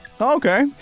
Okay